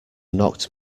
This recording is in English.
knocked